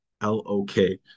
L-O-K